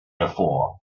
before